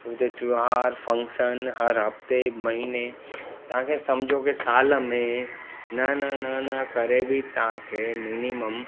उते त्योहार फ़ंक्शन हर हफ़्ते महीने तव्हांखे समुझो की साल में न न न न करे बि तव्हांखे मिनिमम